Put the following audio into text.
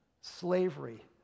slavery